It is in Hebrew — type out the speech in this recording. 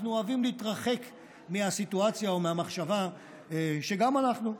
אנחנו אוהבים להתרחק מהסיטואציה או מהמחשבה שגם אנחנו,